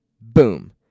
boom